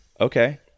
Okay